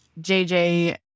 JJ